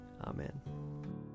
Amen